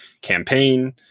campaign